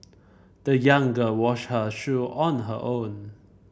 the young girl washed her shoe on her own